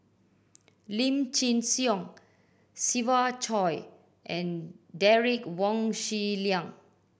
Lim Chin Siong Siva Choy and Derek Wong Xi Liang